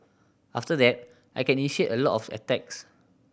after that I can initiate a lot of attacks